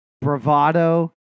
bravado